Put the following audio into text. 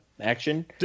action